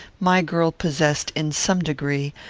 my girl possessed, in some degree,